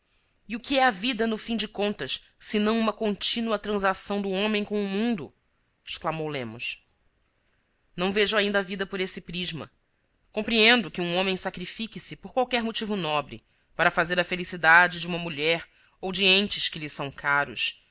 e o que é a vida no fim de contas senão uma contínua transação do homem com o mundo exclamou lemos não vejo ainda a vida por esse prisma compreendo que um homem sacrifique se por qualquer motivo nobre para fazer a felicidade de uma mulher ou de entes que lhe são caros